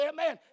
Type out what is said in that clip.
Amen